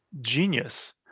genius